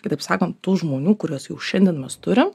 kitaip sakant tų žmonių kuriuos jau šiandien mes turim